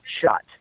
shut